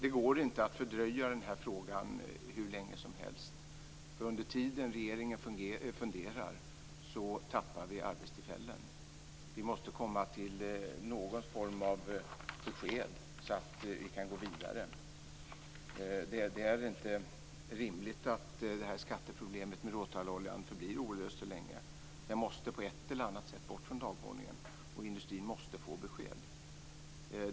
Det går inte att fördröja den här saken hur länge som helst. Medan regeringen funderar tappar vi arbetstillfällen. Vi måste komma fram med någon form av besked så att vi kan gå vidare. Det är inte rimligt att skatteproblemet med råtalloljan förblir olöst så länge. Det måste på ett eller annat sätt bort från dagordningen, och industrin måste få besked.